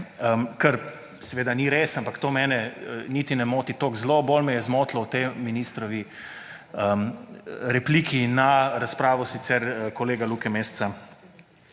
kar seveda ni res, ampak to mene niti ne moti tako zelo, bolj me je zmotilo v tej ministrovi repliki na razpravo sicer kolega Luke Mesca.